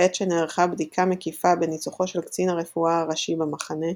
בעת שנערכה בדיקה מקיפה בניצוחו של קצין הרפואה הראשי במחנה,